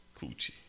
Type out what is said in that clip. Coochie